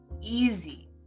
easy